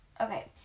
Okay